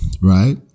right